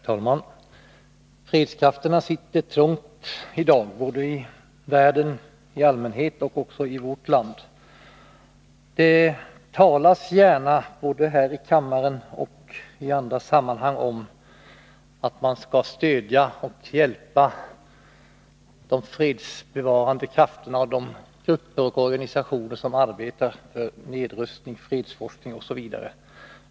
Herr talman! Fredskrafterna sitter trångt i dag, både i världen i allmänhet och i vårt land. Det talas gärna, både här i kammaren och på andra håll, om att man skall stödja och hjälpa de fredsbevarande krafterna och de grupper och organisationer som arbetar för nedrustning, fredsforskning osv.